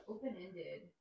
Open-ended